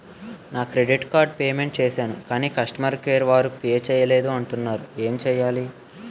నా credit card payment చేసాను కాని కస్టమర్ కేర్ వారు పే చేయలేదు అంటున్నారు ఏంటి చేయాలి?